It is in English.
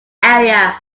area